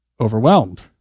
overwhelmed